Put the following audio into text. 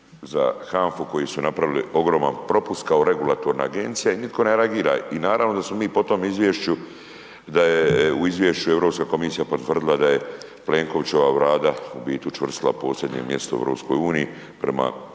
za HANFA-u koji su napravili ogroman propust kao regulatorna agencija i nitko ne reagira. I naravno da smo mi po tom izvješću, da je u izvješću Europska komisija potvrdila da je Plenkovićeva Vlada u biti učvrstila posljednje mjesto u EU prema